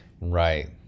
Right